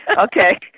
Okay